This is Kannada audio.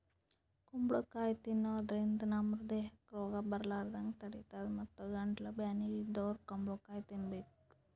ಕುಂಬಳಕಾಯಿ ತಿನ್ನಾದ್ರಿನ್ದ ನಮ್ ದೇಹಕ್ಕ್ ರೋಗ್ ಬರಲಾರದಂಗ್ ತಡಿತದ್ ಮತ್ತ್ ಗಂಟಲ್ ಬ್ಯಾನಿ ಇದ್ದೋರ್ ಕುಂಬಳಕಾಯಿ ತಿನ್ಬೇಕ್